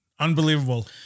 Unbelievable